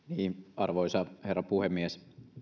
arvoisa herra puhemies